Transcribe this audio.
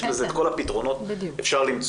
יש לזה את כל הפתרונות אפשר למצוא.